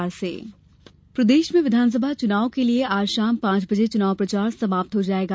प्रचार अंतिम दिन प्रदेश में विधानसभा चुनाव के लिए आज शाम पांच बजे चुनाव प्रचार समाप्त हो जायेगा